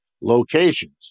locations